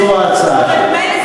זו ההצעה שלי.